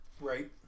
Right